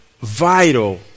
vital